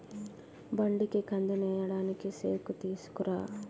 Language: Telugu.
బండికి కందినేయడానికి సేకుతీసుకురా